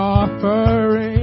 offering